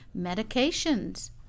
medications